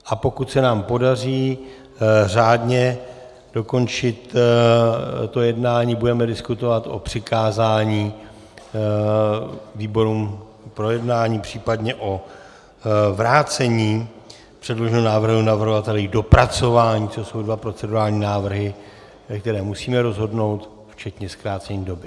A pokud se nám podaří řádně dokončit to jednání, budeme diskutovat o přikázání výborům k projednání, případně o vrácení předloženého návrhu navrhovateli k dopracování, což jsou dva procedurální návrhy, které musíme rozhodnout, včetně zkrácení doby.